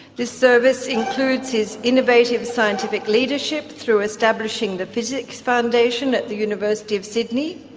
this service includes his innovative scientific leadership through establishing the physics foundation at the university of sydney,